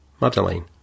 Madeline